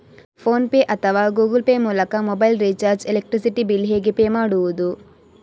Phone pay ಅಥವಾ Google pay ಮೂಲಕ mobile recharge, electricity bill ಹೇಗೆ ಪೇ ಮಾಡುವುದು?